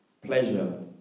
pleasure